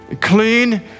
clean